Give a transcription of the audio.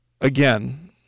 again